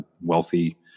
wealthy